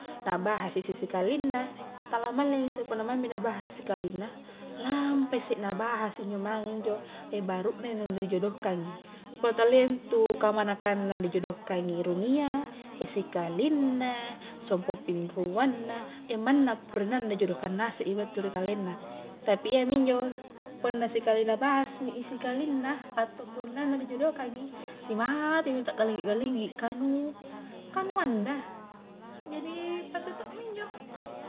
Nabahas i isse sikalinna, tala mallingi isse punna maingmi nabahas sikalinna, lampai isse nabahas injo mange nu barune nu rijodohkangi, punna talia ntu kamanakanna dijodohkangi sikalinna, sompo pinruanna, yamanna purinanna dijodohkan ngase i battu ri kalengna, tapi iyami injo punna sikali nabahasmi i sikalinna atau purinanna dijodohkangi, simatemi ta galli-gallinggi, kah nu, kah nu anda jadi pakku to mi injo.